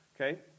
okay